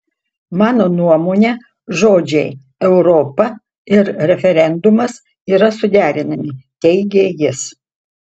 mano nuomone žodžiai europa ir referendumas yra suderinami teigė jis